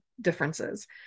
differences